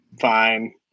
fine